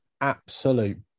absolute